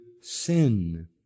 sin